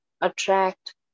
attract